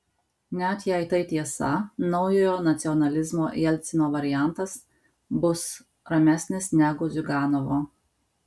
net jei tai tiesa naujojo nacionalizmo jelcino variantas bus ramesnis negu ziuganovo